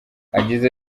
yagize